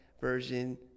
version